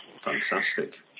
Fantastic